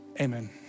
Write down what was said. amen